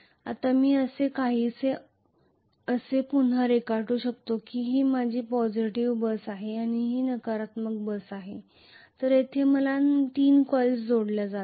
आता मी हे काहीसे असे पुन्हा रेखाटू शकतो की ही माझी पॉझिटिव्ह बस आहे आणि ही माझी नकारात्मक बस आहे आणि मला येथे तीन कॉइल्स जोडल्या जात आहेत